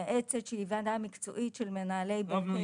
מייעצת שהיא ועדה מקצועית של מנהלי בתי חולים -- טוב,